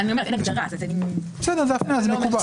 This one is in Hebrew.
זו הפניה, זה מקובל.